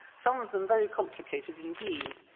some of them very complicated indeed.